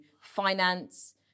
finance